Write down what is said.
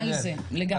אנחנו על זה, לגמרי.